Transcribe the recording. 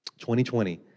2020